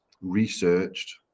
researched